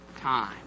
time